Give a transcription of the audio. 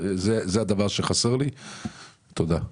תודה.